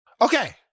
Okay